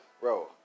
bro